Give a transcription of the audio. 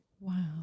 Wow